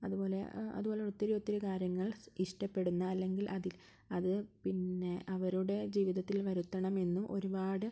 അതുപോലെ അതുപോലെ ഒത്തിരി ഒത്തിരി കാര്യങ്ങൾ ഇഷ്ടപെടുന്ന അല്ലെങ്കിൽ അതിൽ അത് പിന്നെ അവരുടെ ജീവിതത്തിൽ വരുത്തണമെന്ന് ഒരുപാട്